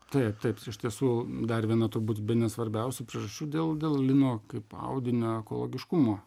tai taip iš tiesų dar vieną turbūt bene svarbiausiųpriežasčių dėl dėl lino kaip audinio ekologiškumo